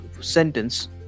sentence